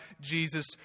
Jesus